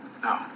No